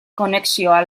konexioa